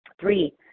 Three